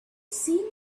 see